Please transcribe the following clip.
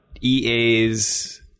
EA's